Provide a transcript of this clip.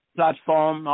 platform